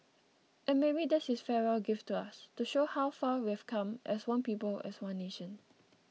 and maybe that's his farewell gift to us to show how far we've come as one people as one nation